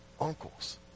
uncles